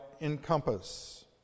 encompass